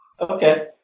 Okay